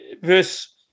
verse